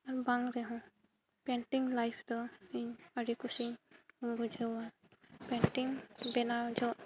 ᱵᱟᱝ ᱨᱮᱦᱚᱸ painting life ᱫᱚ ᱤᱧ ᱟᱹᱰᱤ ᱠᱩᱥᱤᱧ ᱵᱩᱡᱷᱟᱹᱣᱟ ᱯᱮᱱᱴᱤᱝ ᱵᱮᱱᱟᱣ ᱡᱷᱚᱜ